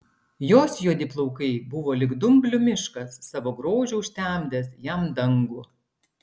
jos juodi plaukai buvo lyg dumblių miškas savo grožiu užtemdęs jam dangų